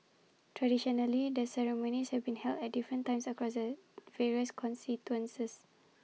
traditionally the ceremonies have been held at different times across various constituencies